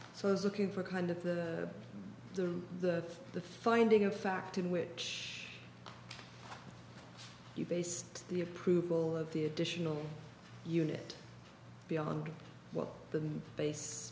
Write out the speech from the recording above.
so i was looking for kind of the the the the finding of fact in which you based the approval of the additional unit beyond what the